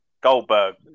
Goldberg